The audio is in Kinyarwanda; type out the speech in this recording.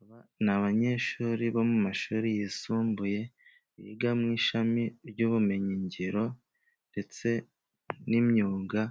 Aba ni abanyeshuri bo mu mashuri yisumbuye, biga mu ishami, ry'ubumenyingiro ndetse n'imyuga,